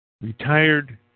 Retired